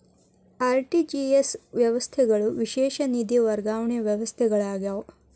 RTGS ವ್ಯವಸ್ಥೆಗಳು ವಿಶೇಷ ನಿಧಿ ವರ್ಗಾವಣೆ ವ್ಯವಸ್ಥೆಗಳಾಗ್ಯಾವ